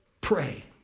pray